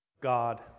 God